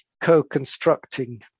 co-constructing